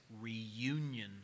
reunion